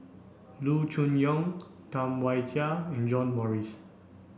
Loo Choon Yong Tam Wai Jia and John Morrice